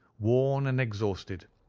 worn and exhausted,